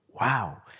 wow